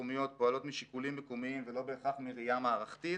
המקומיות פועלות משיקולים מקומיים ולא בהכרח מראיה מערכתית.